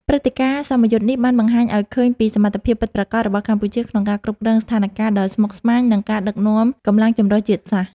ព្រឹត្តិការណ៍សមយុទ្ធនេះបានបង្ហាញឱ្យឃើញពីសមត្ថភាពពិតប្រាកដរបស់កម្ពុជាក្នុងការគ្រប់គ្រងស្ថានការណ៍ដ៏ស្មុគស្មាញ និងការដឹកនាំកម្លាំងចម្រុះជាតិសាសន៍។